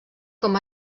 com